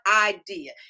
idea